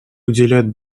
уделяют